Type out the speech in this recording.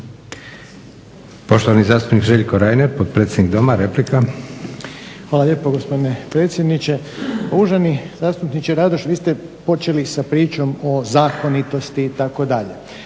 Poštovani zastupnik Željko Reiner, potpredsjednik Doma, replika. **Reiner, Željko (HDZ)** Hvala lijepo gospodine predsjedniče. Uvaženi zastupniče Radoš vi ste počeli sa pričom o zakonitosti itd.